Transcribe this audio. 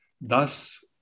Thus